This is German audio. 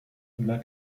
immer